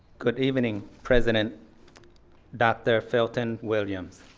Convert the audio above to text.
good evening president dr. felton williams,